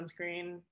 sunscreen